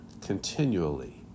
continually